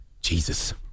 Jesus